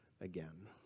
again